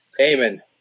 amen